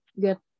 get